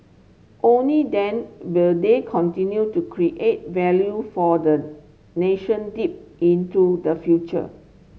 only then will they continue to create value for the nation deep into the future